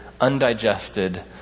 undigested